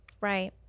Right